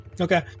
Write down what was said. Okay